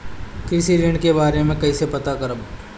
कृषि ऋण के बारे मे कइसे पता करब?